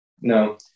No